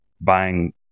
buying